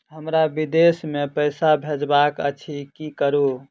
हमरा विदेश मे पैसा भेजबाक अछि की करू?